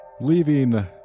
leaving